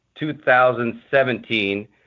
2017